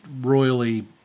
royally